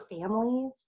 families